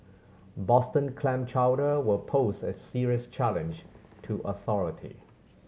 Boston clam chowder will pose a serious challenge to authority